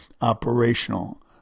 operational